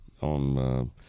on –